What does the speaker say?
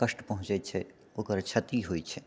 कष्ट पहुँचै छै ओकर क्षति होइ छै